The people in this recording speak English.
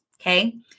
okay